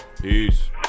Peace